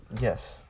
Yes